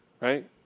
right